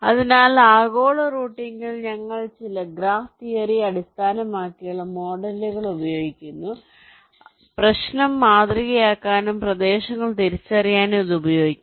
അതിനാൽ ആഗോള റൂട്ടിംഗിൽ ഞങ്ങൾ ചില ഗ്രാഫ് തിയറി അടിസ്ഥാനമാക്കിയുള്ള മോഡലുകൾ ഉപയോഗിക്കുന്നു അതിനാൽ പ്രശ്നം മാതൃകയാക്കാനും പ്രദേശങ്ങൾ തിരിച്ചറിയാനും ഇത് ഉപയോഗിക്കാം